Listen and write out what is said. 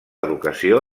educació